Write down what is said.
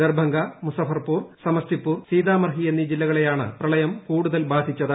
ദർബംഗ മുസാഫർപൂർ സമസ്തിപൂർ സീതാമർഹി എന്നീ ജില്ലകളെയാണ് പ്രളയം കൂടുതൽ ബാധിച്ചത്